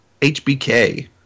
HBK